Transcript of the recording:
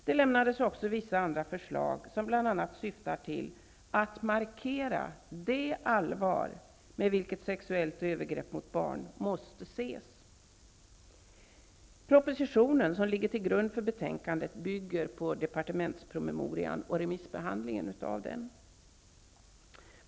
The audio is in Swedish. Det lämnades också vissa andra förslag, som bl.a. syftar till att markera det allvar med vilket sexuellt övergrepp mot barn måste ses. Propositionen, som ligger till grund för betänkandet, bygger på departementspromemorian och remissbehandingen av densamma.